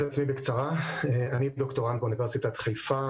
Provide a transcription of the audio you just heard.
אני דוקטורנט באוניברסיטת חיפה.